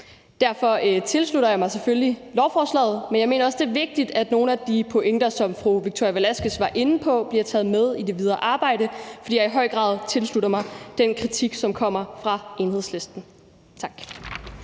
Derfor tilslutter jeg mig selvfølgelig lovforslaget. Men jeg mener også, det er vigtigt, at nogle af de pointer, som fru Victoria Velasquez var inde på, bliver taget med i det videre arbejde, fordi jeg i høj grad tilslutter mig den kritik, som kommer fra Enhedslisten. Tak.